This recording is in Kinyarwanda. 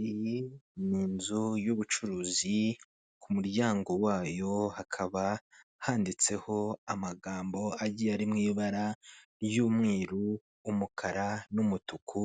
Iyi ni inzu y'ubucuruzi, ku muryango wayo hakaba handitseho amagambo agiye ari mu ibara ry'umweru, umukara n'umutuku.